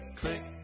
click